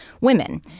women